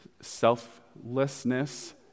selflessness